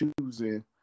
choosing